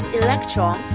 electron